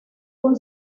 con